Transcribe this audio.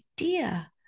idea